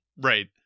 Right